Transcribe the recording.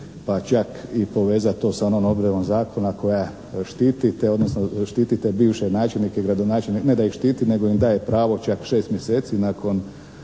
pa čak I povezati to sa onom odredbom zakona koja štiti te bivše načelnike i gradonačelnike, ne da ih štiti nego im daje pravo čak šest mjeseci nakon